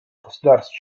государств